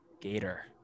Gator